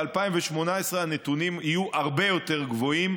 בשנת 2018 הנתונים יהיו הרבה יותר גבוהים,